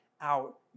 out